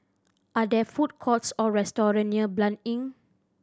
are there food courts or restaurant near Blanc Inn